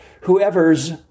whoever's